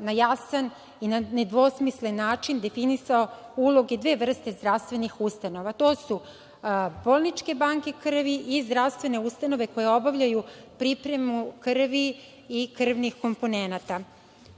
na jasan i na nedvosmislen način definisao uloge dve vrste zdravstvenih ustanova, to su – bolničke banke krvi i zdravstvene ustanove koje obavljaju pripremu krvi i krvnih komponenata. Ono